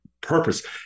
purpose